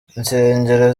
insengero